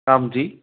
आं जि